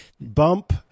bump